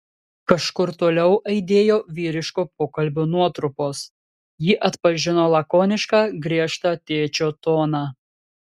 kažkur toliau aidėjo vyriško pokalbio nuotrupos ji atpažino lakonišką griežtą tėčio toną